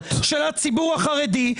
זנח את החינוך הממלכתי,